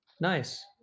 Nice